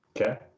Okay